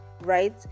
right